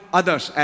others